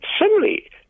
Similarly